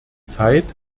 zeit